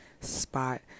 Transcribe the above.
spot